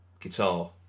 Guitar